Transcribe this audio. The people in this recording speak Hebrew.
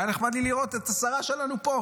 את השרה שלנו פה.